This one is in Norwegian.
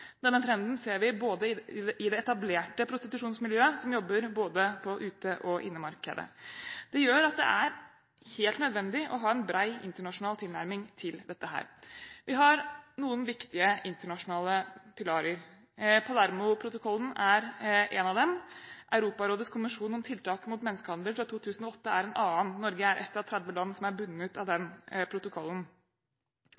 Denne trenden ser vi i det etablerte prostitusjonsmiljøet, som jobber på både ute- og innemarkedet. Det gjør at det er helt nødvendig å ha en bred internasjonal tilnærming til dette. Vi har noen viktige internasjonale pilarer. Palermoprotokollen er en av dem. Europarådets konvensjon om tiltak mot menneskehandel fra 2005 er en annen. Norge er ett av 30 land som er bundet av den